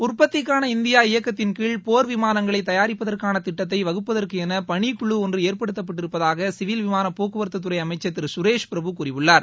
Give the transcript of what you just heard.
உற்பத்திக்கான இந்தியா இயக்கத்தின்கீழ் போர் விமானங்களை தயாரிப்பதற்கள திட்டத்தை வகுப்பதற்கென பணிக்குழு ஒன்று ஏற்படுத்தப்பட்டிருப்பதாக சிவில் விமான போக்குவரத்து துறை அமைச்சர் திரு சுரேஷ் பிரபு கூறியுள்ளார்